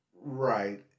Right